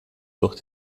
durch